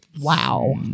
Wow